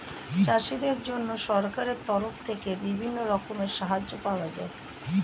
চাষীদের জন্য সরকারের তরফ থেকে বিভিন্ন রকমের সাহায্য পাওয়া যায়